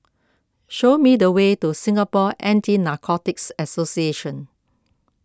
show me the way to Singapore Anti Narcotics Association